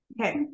Okay